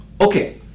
okay